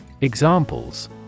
Examples